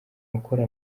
gukora